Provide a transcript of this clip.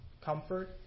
comfort